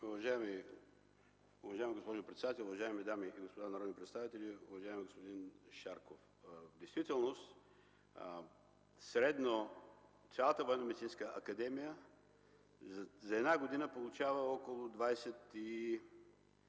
Уважаема госпожо председател, уважаеми дами и господа народни представители, уважаеми господин Шарков! В действителност цялата Военномедицинска академия за една година получава средно